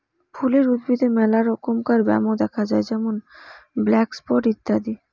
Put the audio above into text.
ফুলের উদ্ভিদে মেলা রমকার ব্যামো দ্যাখা যায় যেমন ব্ল্যাক স্পট ইত্যাদি